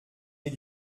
nez